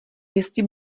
jestli